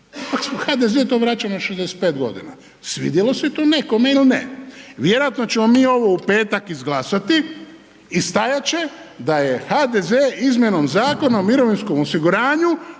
kad … HDZ vraća na 65 godina, svidjelo se to nekome ili ne. Vjerojatno ćemo mi ovo u petak izglasati i stajat će da je HDZ izmjenom Zakona o mirovinskom osiguranju